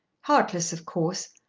heartless of course,